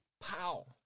Pow